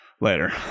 Later